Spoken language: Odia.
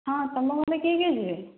ହଁ ତୁମ ଘରେ କିଏ କିଏ ଯିବେ